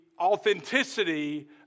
authenticity